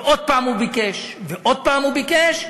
ועד פעם הוא ביקש ועוד פעם הוא ביקש,